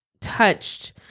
touched